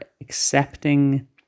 accepting